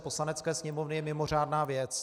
Poslanecké sněmovny je mimořádná věc.